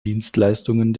dienstleistungen